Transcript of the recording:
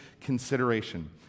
consideration